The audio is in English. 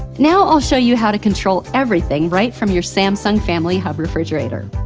now, i'll show you how to control everything right from your samsung family hub refrigerator.